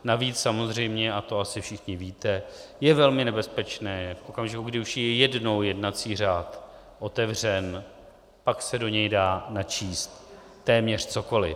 Navíc samozřejmě, a to asi všichni víte, je velmi nebezpečné, v okamžiku, kdy už je jednou jednací řád otevřen, pak se do něj dá načíst téměř cokoli.